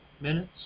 minutes